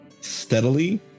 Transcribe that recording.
steadily